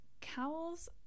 Cowls